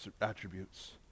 attributes